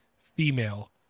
female